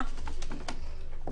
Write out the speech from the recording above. בבקשה.